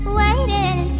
waiting